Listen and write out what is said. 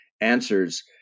answers